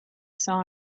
saw